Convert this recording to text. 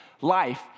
life